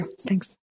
Thanks